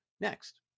next